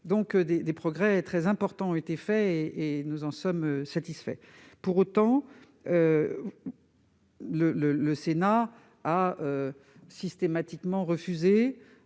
Des progrès très importants ont donc été réalisés et nous en sommes satisfaits. Pour autant, le Sénat a systématiquement refusé